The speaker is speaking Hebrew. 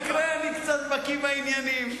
במקרה אני קצת בקי בעניינים.